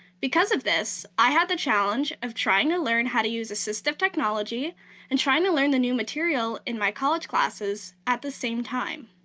because of this, i had the challenge of trying to learn how to use assistive technology and trying to learn the new material in my college classes at the same time.